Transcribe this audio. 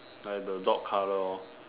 like the dog color hor